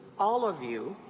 all of you,